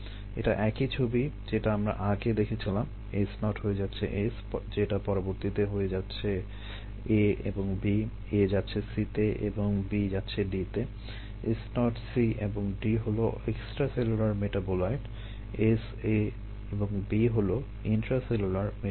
এটা একই ছবি যেটা আমরা আগে দেখেছিলাম S0 হয়ে যাচ্ছে S যেটা পরবর্তীতে হয়ে যাবে A এবং B A যাচ্ছে C তে এবং B যাচ্ছে D তে S0 C এবং D হলো এক্সট্রাসেলুলার মেটাবোলাইট S A এবং B হলো ইন্ট্রাসেলুলার মেটাবোলাইট